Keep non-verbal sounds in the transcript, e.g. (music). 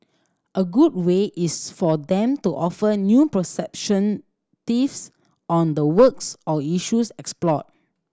a good way is for them to offer new perception (unintelligible) on the works or issues explored